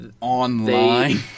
online